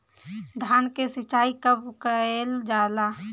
धान के सिचाई कब कब कएल जाला?